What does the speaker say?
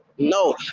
no